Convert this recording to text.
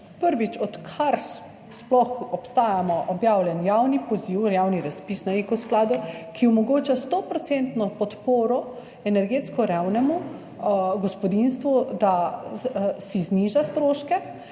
prvič, odkar sploh obstajamo, objavljen javni poziv, javni razpis na Eko skladu, ki omogoča 100-odstotno podporo energetsko revnemu gospodinjstvu, da si zniža stroške